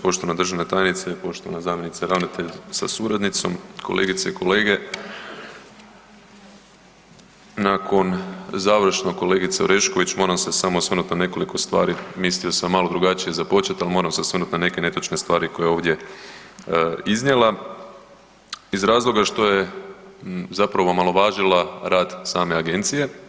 Poštovana državna tajnice, poštovana zamjenice ravnatelja sa suradnicom, kolegice i kolege, nakon završno kolegice Orešković moram se samo osvrnuti na nekoliko stvari, mislio sam malo drugačije započet, ali moram se osvrnut na neke netočne stvari koje je ovdje iznijela iz razloga zapravo što je omalovažila rad same agencije.